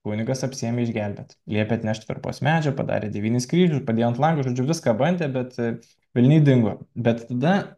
kunigas apsiėmė išgelbėt liepė atnešti perpos medžio padarė devynis kryžius padėjo ant lango žodžiu viską bandė bet velniai dingo bet tada